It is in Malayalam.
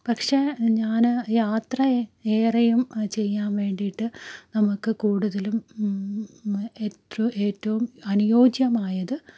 പക്ഷെ ഞാൻ യാത്ര ഏറെയും ചെയ്യാൻ വേണ്ടിയിട്ട് നമുക്ക് കൂടുതലും ഏറ്റവും ഏറ്റവും അനുയോജ്യമായത്